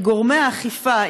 גורמי האכיפה,